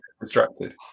distracted